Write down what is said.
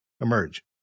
emerge